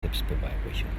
selbstbeweihräucherung